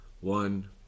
One